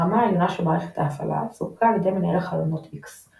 הרמה העליונה של מערכת ההפעלה סופקה על ידי מנהל החלונות X,